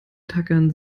tackern